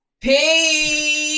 Peace